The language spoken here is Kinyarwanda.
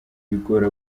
bigora